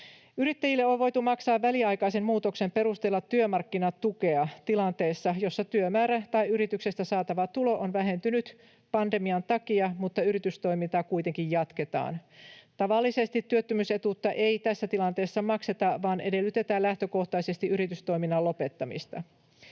Yrittäjille on voitu maksaa väliaikaisen muutoksen perusteella työmarkkinatukea tilanteessa, jossa työmäärä tai yrityksestä saatava tulo on vähentynyt pandemian takia mutta yritystoimintaa kuitenkin jatketaan. Tavallisesti työttömyysetuutta ei tässä tilanteessa makseta, vaan edellytetään lähtökohtaisesti yritystoiminnan lopettamista.